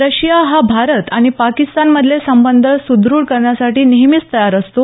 Russia हा भारत आणि पाकिस्तान मधले संबंध सुद्रढ करण्यासाठी नेहमीच तयार असतो